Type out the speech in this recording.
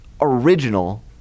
original